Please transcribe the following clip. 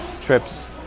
trips